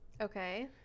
okay